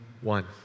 one